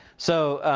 so,